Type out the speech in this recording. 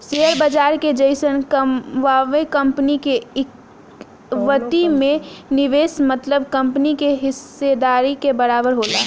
share बाजार के जइसन कवनो कंपनी के इक्विटी में निवेश मतलब कंपनी के हिस्सेदारी के बराबर होला